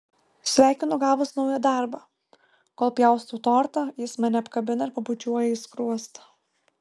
sveikinu gavus naują darbą kol pjaustau tortą jis mane apkabina ir pabučiuoja į skruostą